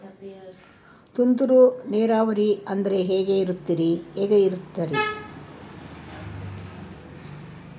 ತುಂತುರು ನೇರಾವರಿ ಅಂದ್ರೆ ಹೆಂಗೆ ಇರುತ್ತರಿ?